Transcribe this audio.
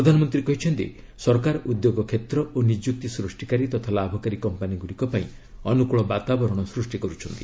ପ୍ରଧାନମନ୍ତ୍ରୀ କହିଛନ୍ତି ସରକାର ଉଦ୍ୟୋଗ କ୍ଷେତ୍ର ଓ ନିଯୁକ୍ତି ସୃଷ୍ଟିକାରୀ ତଥା ଲାଭକାରୀ କମ୍ପାନୀଗୁଡ଼ିକ ପାଇଁ ଅନୁକୂଳ ବାତାବରଣ ସୃଷ୍ଟି କର୍ଚ୍ଚନ୍ତି